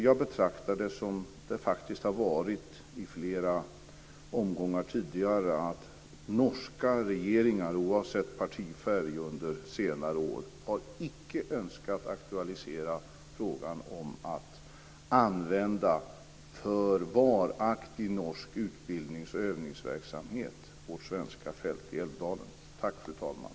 Jag betraktar detta som det faktiskt har varit i flera omgångar tidigare, att norska regeringar under senare år, oavsett partifärg, icke har önskat aktualisera frågan om att för varaktig norsk utbildnings och övningsverksamhet använda vårt svenska fält i Älvdalen.